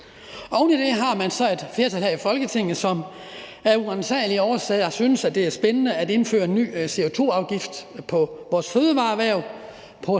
Oven i det har man så et flertal her i Folketinget, som af uransagelige årsager synes, at det er spændende at indføre en ny CO2-afgift på vores fødevareerhverv